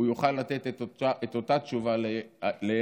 הוא יוכל לתת את אותה תשובה להרצל: